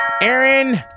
Aaron